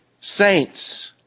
saints